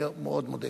אני מאוד מודה.